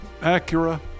Acura